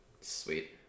sweet